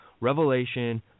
Revelation